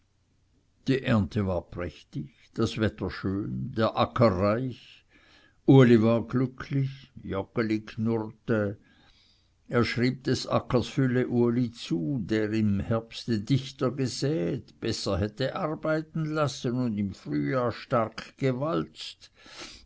die ernte war prächtig das wetter schön der acker reich uli war glücklich joggeli knurrte er schrieb des ackers fülle uli zu der im herbste dichter gesäet besser hätte arbeiten lassen und im frühjahr stark gewalzt